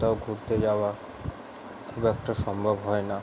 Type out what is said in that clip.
কোথাও ঘুরতে যাওয়া খুব একটা সম্ভব হয় না